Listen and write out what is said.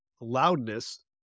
Loudness